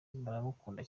baramukunda